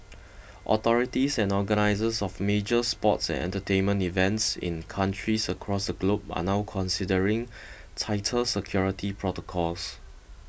authorities and organisers of major sports and entertainment events in countries across the globe are now considering tighter security protocols